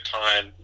time